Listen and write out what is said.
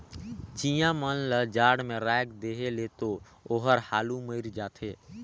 चिंया मन ल जाड़ में राख देहे ले तो ओहर हालु मइर जाथे